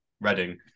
Reading